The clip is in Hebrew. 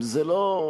אם זה לא,